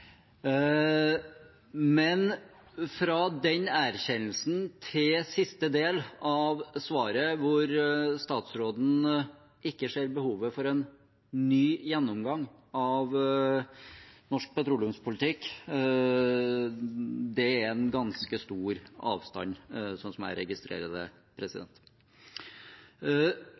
Men fra den erkjennelsen til siste del av svaret, hvor statsråden ikke ser behovet for en ny gjennomgang av norsk petroleumspolitikk, er det en ganske stor avstand, slik jeg registrerer det.